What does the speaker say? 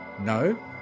No